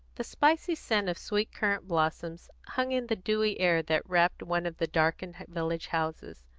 the spicy scent of sweet-currant blossoms hung in the dewy air that wrapped one of the darkened village houses.